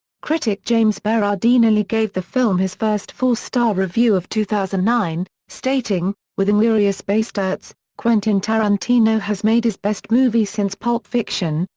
critic james berardinelli gave the film his first four-star review of two thousand and nine, stating, with inglourious basterds, quentin tarantino has made his best movie since pulp fiction,